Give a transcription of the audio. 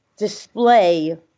display